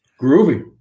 Groovy